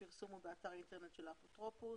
הפרסום הוא באתר האינטרנט של האפוטרופוס.